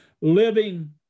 living